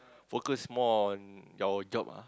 focus more on your job ah